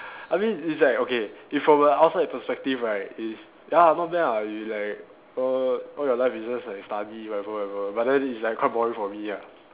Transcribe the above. I mean it's like okay if from a outside perspective right it's ya not bad lah it like err all your life is like study whatever whatever but then it's like quite boring for me ah